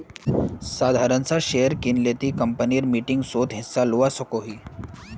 साधारण सा शेयर किनले ती कंपनीर मीटिंगसोत हिस्सा लुआ सकोही